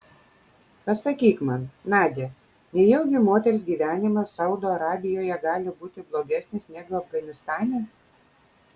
pasakyk man nadia nejaugi moters gyvenimas saudo arabijoje gali būti blogesnis negu afganistane